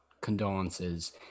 condolences